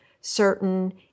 certain